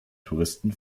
touristen